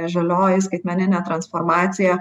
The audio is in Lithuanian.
žalioji skaitmeninė transformacija